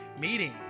meeting